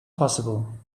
possible